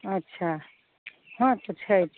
अच्छा हँ तऽ छै